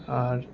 আর